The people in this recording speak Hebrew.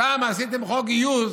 שם עשיתם חוק גיוס